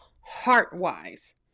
heart-wise